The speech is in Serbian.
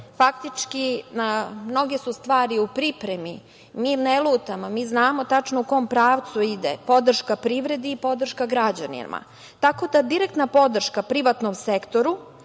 faktički mnoge su stvari u pripremi. Mi ne lutamo, mi znamo tačno u kom pravcu ide podrška privredi i podrška građanima, tako da direktna podrška privatnom sektoru